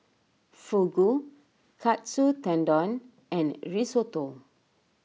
Fugu Katsu Tendon and Risotto